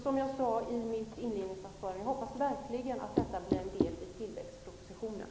Som jag sade i mitt inledningsanförande, så hoppas jag verkligen att detta kommer med i tillväxtpropositionen.